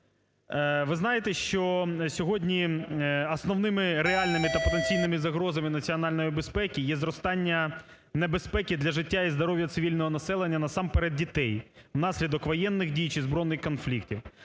Ви знаєте, що сьогодні основними реальними та потенційними загрозами національної безпеки є зростання небезпеки для життя і здоров'я цивільного населення, насамперед дітей внаслідок воєнних дій чи збройних конфліктів.